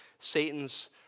Satan's